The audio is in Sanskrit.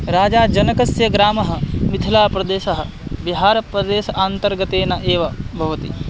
राजाजनकस्य ग्रामः मिथिलाप्रदेशः बिहारप्रदेश अन्तर्गतेन एव भवति